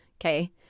Okay